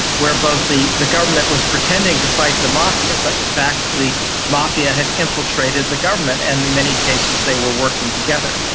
where both the the government was pretending to fight the mafia but in fact the mafia had infiltrated the government and in many cases they were working together.